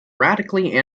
radically